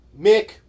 Mick